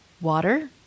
water